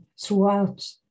throughout